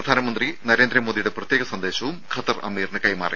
പ്രധാനമന്ത്രി നരേന്ദ്ര മോദിയുടെ പ്രത്യേക സന്ദേശവും ഖത്തർ അമീറിന് കൈമാറി